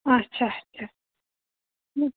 اچھا اچھا